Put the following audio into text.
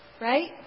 Right